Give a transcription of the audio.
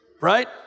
right